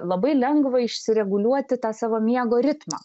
labai lengva išsireguliuoti tą savo miego ritmą